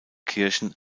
kirchen